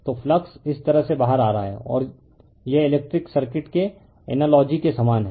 तो फ्लक्स इस तरह से बाहर आ रहा है यह इलेक्ट्रिक सर्किट के एनालगी के समान है